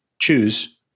choose